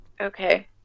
okay